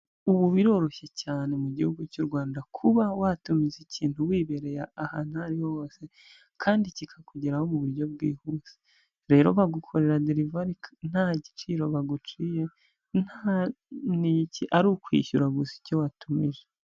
Ubu biroroshye cyane mu gihugu cy'u Rwanda, kuba watumiza ikintu wibereye ahantu aho ariho hose kandi kikakugeraho mu buryo bwihuse. Rero bagukorera derivari nta giciro baguciye nta n'iki, ari ukwishyura gusa icyo watumije.